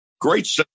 Great